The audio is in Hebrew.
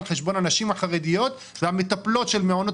על חשבון הנשים החרדיות והמטפלות של מעונות